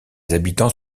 habitants